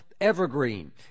evergreen